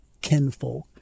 kinfolk